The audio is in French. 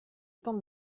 temps